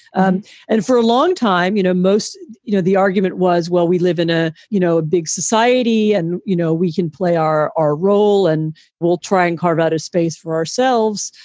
and and for a long time, you know, most you know, the argument was, well, we live in a, you know, big society and, you know, we can play our our role and we'll try and carve out a space for ourselves.